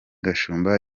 gashumba